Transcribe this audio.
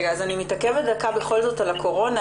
אז אני מתעכבת דקה בכל זאת על הקורונה,